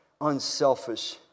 unselfish